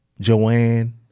Joanne